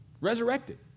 resurrected